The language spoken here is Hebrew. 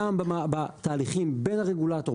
גם בתהליכים בין הרגולטור,